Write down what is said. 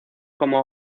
como